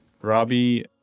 Robbie